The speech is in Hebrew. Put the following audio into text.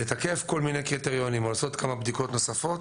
לתקף כל מיני קריטריונים או לעשות כמה בדיקות נוספות.